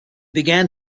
began